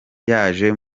yaje